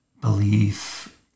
belief